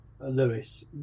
Lewis